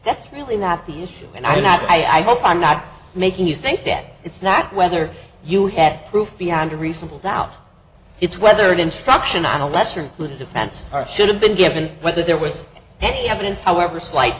that's really not the issue and i'm not i hope i'm not making you think that it's not whether you have proof beyond a reasonable doubt it's whether an instruction on a lesser included offense or should have been given whether there was any evidence however slight